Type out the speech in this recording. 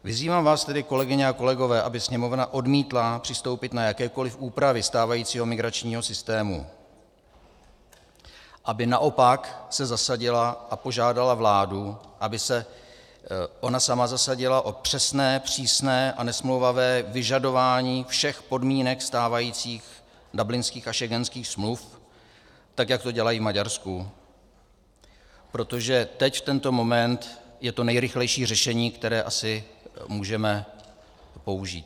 Vyzývám vás tedy, kolegyně a kolegové, aby Sněmovna odmítla přistoupit na jakékoliv úpravy stávajícího migračního systému, aby naopak se zasadila a požádala vládu, aby se ona sama zasadila o přesné, přísné a nesmlouvané vyžadování všech podmínek stávajících dublinských a schengenských smluv, tak jak to dělají v Maďarsku, protože teď v tento moment je to nejrychlejší řešení, které asi můžeme použít.